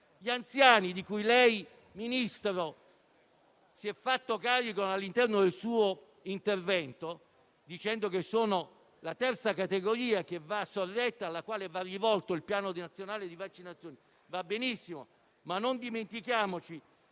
Degli anziani il signor Ministro si è fatto carico nel suo intervento, dicendo che sono la terza categoria che va sorretta e alla quale va rivolto il Piano nazionale di vaccinazione. Va benissimo, ma non dimentichiamo